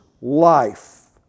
life